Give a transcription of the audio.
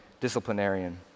disciplinarian